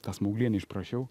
tą smauglienę išprašiau